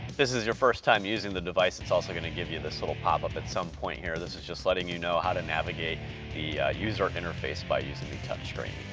this is your first time using the device, it's also gonna give you this little pop-up at some point here, this is just letting you know how to navigate the user interface by using the touch screen.